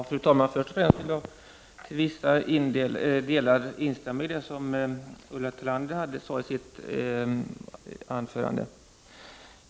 Fru talman! Först vill jag till vissa delar instämma i det Ulla Tillander sade isitt anförande.